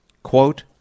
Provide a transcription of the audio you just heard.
Quote